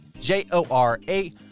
J-O-R-A